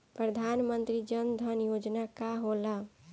प्रधानमंत्री जन धन योजना का होला?